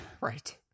Right